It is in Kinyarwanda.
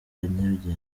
nyarugenge